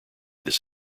this